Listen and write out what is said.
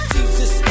Jesus